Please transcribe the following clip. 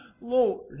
Lord